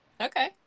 Okay